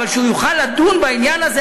אבל הוא יוכל לדון בעניין הזה,